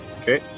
Okay